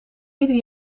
ieder